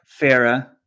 Farah